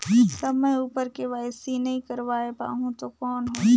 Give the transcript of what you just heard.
समय उपर के.वाई.सी नइ करवाय पाहुं तो कौन होही?